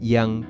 Yang